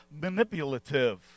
manipulative